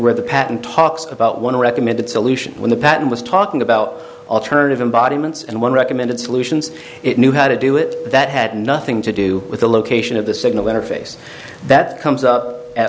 wrote the patent talks about one recommended solution when the patent was talking about alternative embodiments and one recommended solutions it knew how to do it that had nothing to do with the location of the signal interface that comes up at